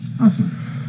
Awesome